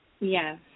Yes